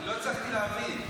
לא הצלחתי להבין.